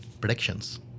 predictions